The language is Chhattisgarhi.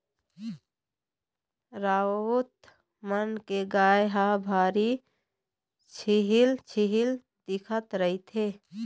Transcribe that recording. राउत मन के गाय ह भारी छिहिल छिहिल दिखत रहिथे